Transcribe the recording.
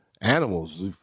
animals